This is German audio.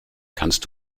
kannst